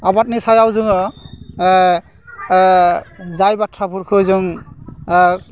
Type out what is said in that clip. आबादनि सायाव जोङो जाय बाथ्राफोरखौ जों